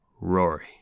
Rory